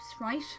right